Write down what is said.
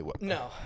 No